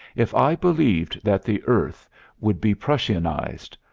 if i believed that the earth would be prussianized,